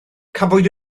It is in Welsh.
cafwyd